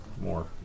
More